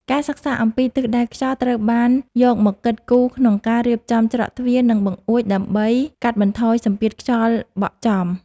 ការសិក្សាអំពីទិសដៅខ្យល់ត្រូវបានយកមកគិតគូរក្នុងការរៀបចំច្រកទ្វារ និង បង្អួចដើម្បីកាត់បន្ថយសម្ពាធខ្យល់បក់ចំ។